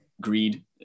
greed